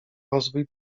rozwój